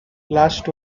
last